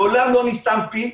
מעולם לא נסתם פי,